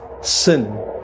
sin